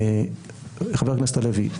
חבר הכנסת הלוי,